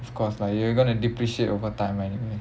of course lah you're gonna depreciate overtime anyway